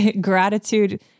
Gratitude